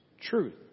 truth